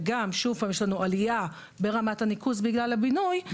וגם שוב פעם יש לנו עלייה ברמת הניקוז בגלל הבינוי,